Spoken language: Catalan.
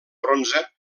bronze